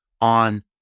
on